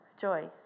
Joy